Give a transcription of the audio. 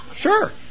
Sure